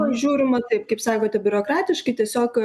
žiūrima taip kaip sakote biurokratiškai tiesiog